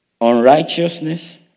unrighteousness